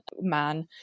man